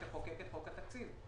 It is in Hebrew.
שתחוקק את חוק התקציב.